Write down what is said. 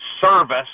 service